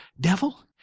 devil